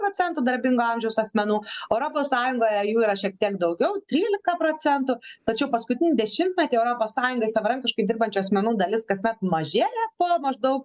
procentų darbingo amžiaus asmenų europos sąjungoje jų yra šiek tiek daugiau trylika procentų tačiau paskutinį dešimtmetį europos sąjungoj savarankiškai dirbančių asmenų dalis kasmet mažėja po maždaug